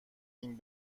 این